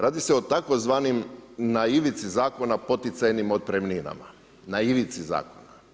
Radi se o tzv. naivici zakona poticajnim otpremninama, naivici zakona.